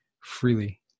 freely